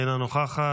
אינה נוכחת,